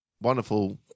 wonderful